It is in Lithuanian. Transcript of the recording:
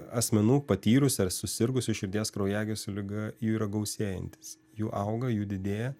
asmenų patyrusių ar susirgusių širdies kraujagyslių liga yra gausėjantis jų auga jų didėja